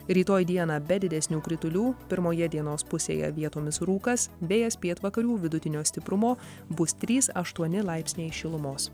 rytoj dieną be didesnių kritulių pirmoje dienos pusėje vietomis rūkas vėjas pietvakarių vidutinio stiprumo bus trys aštuoni laipsniai šilumos